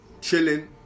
Chilling